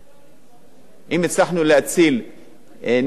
אם הצלחנו להציל נפש אחת של ילד,